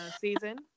season